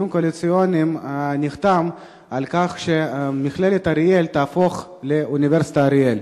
הקואליציוניים שמכללת אריאל תהפוך לאוניברסיטת אריאל.